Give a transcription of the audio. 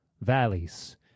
Valleys